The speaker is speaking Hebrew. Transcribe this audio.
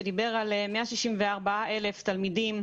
שדיבר על 164,000 תלמידים